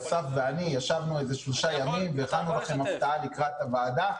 אסף ואני ישבנו שלושה ימים והכנו לכם הפתעה לקראת הוועדה.